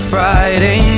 Friday